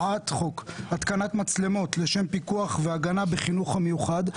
התקנת מצלמות לשם פיקוח והגנה בחינוך המיוחד.